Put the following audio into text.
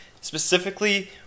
specifically